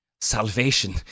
Salvation